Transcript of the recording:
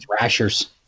Rashers